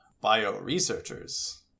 bio-researchers